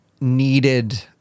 needed